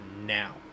now